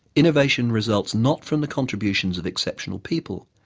innovation results not from the contributions of exceptional people,